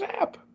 app